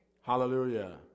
Hallelujah